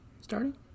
starting